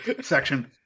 section